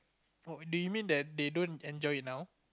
oh do you mean that they don't enjoy it now